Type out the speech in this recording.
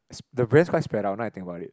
the brands quite spread out now I think about it